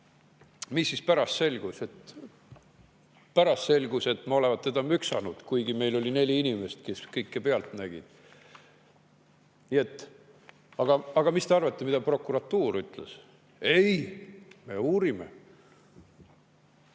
Mis siis pärast selgus? Pärast selgus, et ma olevat teda müksanud, kuigi meil oli neli inimest, kes kõike pealt nägid. Aga mis te arvate, mida prokuratuur ütles? "Ei, me uurime."Mis